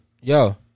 yo